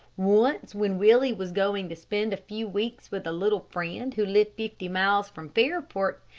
once, when willie was going to spend a few weeks with a little friend who lived fifty miles from fairport,